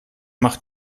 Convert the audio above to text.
mach